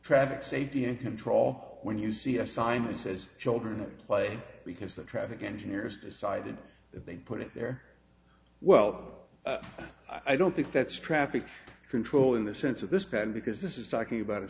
traffic safety in control when you see a sign that says children at play because the traffic engineers decided that they put it there well i don't think that's traffic control in the sense of this plan because this is talking about a